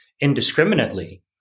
indiscriminately